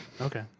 Okay